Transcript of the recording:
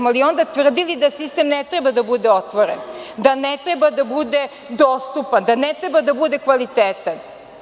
Da li smo onda tvrdili da sistem ne treba da bude otvoren, da ne treba da bude dostupan, da ne treba da bude kvalitetan?